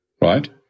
Right